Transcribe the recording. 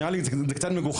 נראה לי שזה קצת מגוחך.